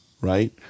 right